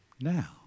now